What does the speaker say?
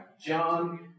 John